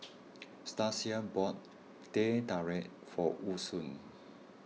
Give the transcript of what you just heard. Stasia bought Teh Tarik for Woodson